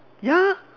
ya